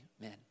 Amen